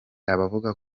abavuga